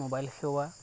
mobile সেৱা